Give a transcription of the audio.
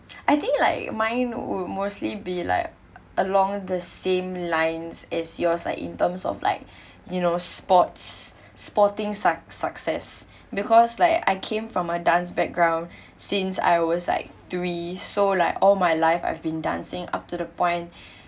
I think like mine would mostly be like along the same lines as yours like in terms of like you know sports sporting suc~ success because like I came from a dance background since I was like three so like all my life I've been dancing up to the point